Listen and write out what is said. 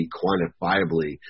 quantifiably